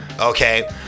Okay